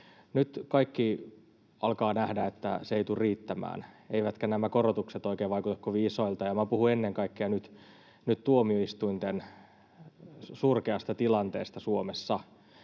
nyt kaikki alkavat nähdä, että se ei tule riittämään, eivätkä nämä korotukset oikein vaikuta kovin isoilta. Puhun ennen kaikkea nyt tuomioistuinten surkeasta tilanteesta Suomessa.